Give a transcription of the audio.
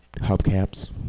hubcaps